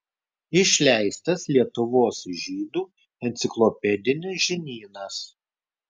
išleistas lietuvos žydų enciklopedinis žinynas